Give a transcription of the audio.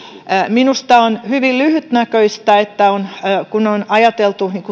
minusta on hyvin lyhytnäköistä että kun on ajateltu